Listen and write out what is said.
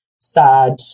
sad